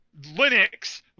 Linux